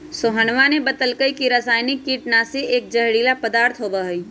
सोहनवा ने बतल कई की रसायनिक कीटनाशी एक जहरीला पदार्थ होबा हई